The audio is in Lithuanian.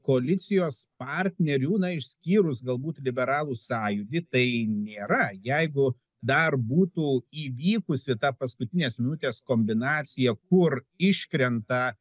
koalicijos partnerių na išskyrus galbūt liberalų sąjūdį tai nėra jeigu dar būtų įvykusi ta paskutinės minutės kombinacija kur iškrenta